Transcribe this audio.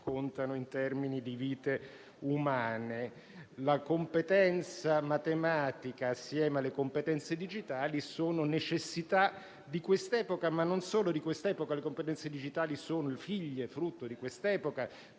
contano in termini di vite umane. La competenza matematica e quelle digitali sono necessità di quest'epoca, ma non solo: le competenze digitali sono figlie e frutto di quest'epoca.